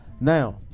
Now